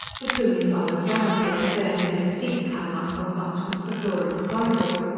the plumie followed gallantly as baird made a steep climb up what once was the floor of a corridor.